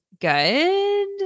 good